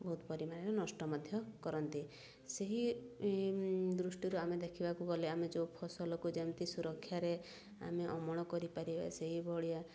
ବହୁତ ପରିମାଣରେ ନଷ୍ଟ ମଧ୍ୟ କରନ୍ତି ସେହି ଦୃଷ୍ଟିରୁ ଆମେ ଦେଖିବାକୁ ଗଲେ ଆମେ ଯେଉଁ ଫସଲକୁ ଯେମିତି ସୁରକ୍ଷାରେ ଆମେ ଅମଳ କରିପାରିବା ସେହିଭଳିଆ